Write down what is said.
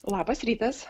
labas rytas